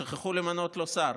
שכחו למנות לו שר.